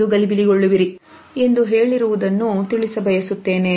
ಎಂದು ಗಲಿಬಿಲಿ ಗೊಳ್ಳುವಿರಿ ಎಂದು ಹೇಳಿರುವುದನ್ನು ತಿಳಿಸ ಬಯಸುತ್ತೇನೆ